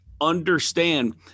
understand